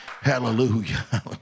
Hallelujah